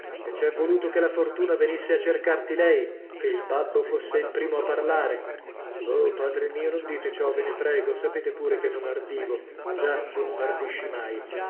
e c'è voluto che la fortuna venisse a cercarti lei che il babbo fosse il primo a parlare oh padre mio non dite ciò ve ne prego sapete pure che non ardivo già tu non ardisci mai